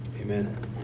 amen